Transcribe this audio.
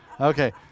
Okay